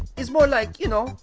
is more like, you know,